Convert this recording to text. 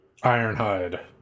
Ironhide